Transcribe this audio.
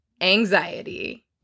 anxiety